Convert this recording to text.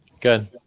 Good